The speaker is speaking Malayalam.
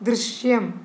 ദൃശ്യം